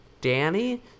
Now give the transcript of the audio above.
Danny